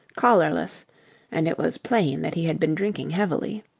collarless and it was plain that he had been drinking heavily.